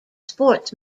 sports